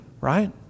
right